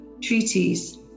Treaties